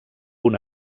una